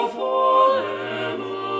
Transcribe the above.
forever